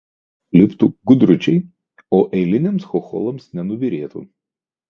ją apliptų gudručiai o eiliniams chocholams nenubyrėtų